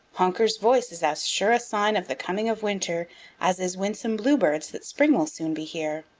honker's voice is as sure a sign of the coming of winter as is winsome bluebird's that spring will soon be here.